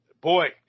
Boy